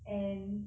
and